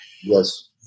Yes